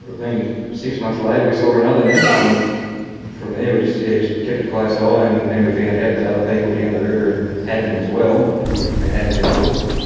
been six months later we saw another nest and from there we just yeah just kept a close eye. so and then we found out that other people down the river had them as well and hadn't reported them, so,